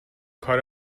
کار